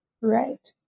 Right